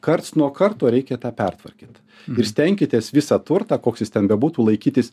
karts nuo karto reikia tą pertvarkyt ir stenkitės visą turtą koks jis ten bebūtų laikytis